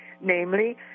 namely